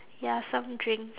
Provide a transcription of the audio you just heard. ya some drink